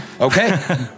Okay